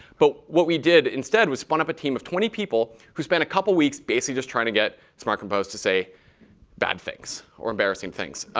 but what we did instead was spun up a team of twenty people who spent a couple of weeks basically just trying to get smart compose to say bad things or embarrassing things.